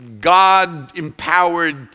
God-empowered